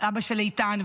אבא של איתן,